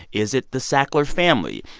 is it the sackler family?